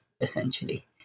essentially